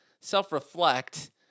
self-reflect